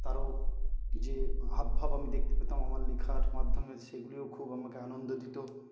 তারও যে হাব ভাব আমি দেখতে পেতাম আমার লেখার মাধ্যমে সেগুলও খুব আমাকে আনন্দ দিত